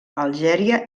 algèria